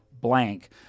blank